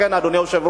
לכן, אדוני היושב-ראש,